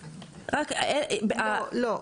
לא, לא.